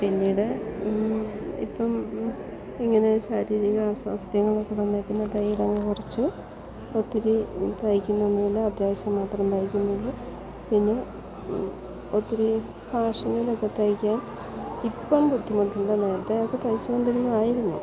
പിന്നീട് ഇപ്പം ഇങ്ങനെ ശാരീരിക അസ്വാസ്ഥ്യങ്ങളൊക്കെ വന്നതിൽ പിന്നെ തയ്യൽ അങ്ങ് കുറച്ചു ഒത്തിരി തയ്ക്കുന്നൊന്നുമില്ല അത്യാവശ്യം മാത്രം തയ്ക്കുന്നുള്ളു പിന്നെ ഒത്തിരി ഫാഷനിലൊക്കെ തയ്ക്കാൻ ഇപ്പം ബുദ്ധിമുട്ട് ഉണ്ട് നേരത്തെയൊക്കെ തയ്ച്ചു കൊണ്ടിരുന്നതായിരുന്നു